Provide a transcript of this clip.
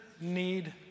need